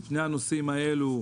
שני הנושאים האלו,